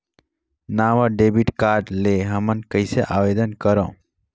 नवा debit card ले हमन कइसे आवेदन करंव?